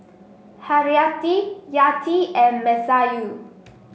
Haryati Yati and Masayu